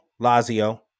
Lazio